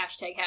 hashtag